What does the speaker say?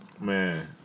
Man